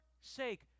sake